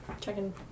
checking